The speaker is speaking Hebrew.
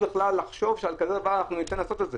בכלל לחשוב שעל כזה דבר ניתן לעשות את זה,